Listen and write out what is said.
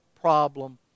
problem